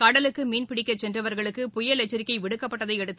கடலுக்கு மீன்பிடிக்கச் சென்றவர்களுக்கு புயல் எச்சரிக்கை விடுக்கப்பட்டதை அடுத்து